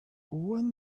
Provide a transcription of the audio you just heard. when